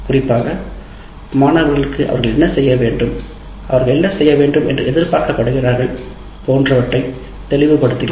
குறிப்பாக மாணவர்களுக்கு அவர்கள் என்ன செய்ய வேண்டும் அவர்கள் என்ன செய்ய வேண்டும் என்று எதிர்பார்க்கப்படுகிறார்கள் போன்றவற்றை தெளிவுபடுத்துகிறது